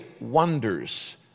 wonders